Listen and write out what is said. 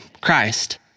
Christ